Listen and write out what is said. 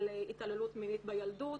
על התעללות מינית בילדות,